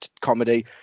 comedy